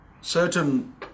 certain